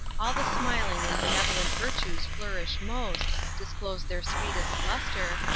all the smiling and benevolent virtues flourish most, disclose their sweetest lustre,